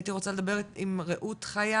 הייתי רוצה לדבר עם רעות חיה